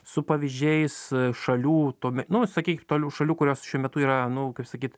su pavyzdžiais šalių tome nu sakyk tol šalių kurios šiuo metu yra nu kaip sakyt